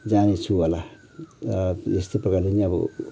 जनेछु होला यस्तै प्रकारले नै अब